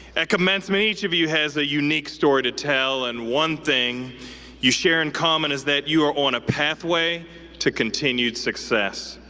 at commencement, each of you has a unique story to tell, and one thing you share in common is that you are on a pathway to continued success.